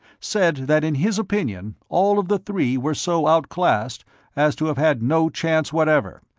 said that in his opinion all of the three were so outclassed as to have had no chance whatever,